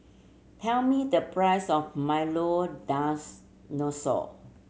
tell me the price of milo